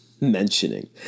Mentioning